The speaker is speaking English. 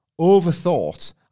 overthought